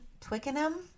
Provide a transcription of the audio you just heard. Twickenham